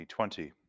2020